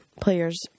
players